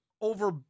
over